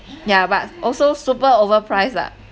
yeah but also super overpriced lah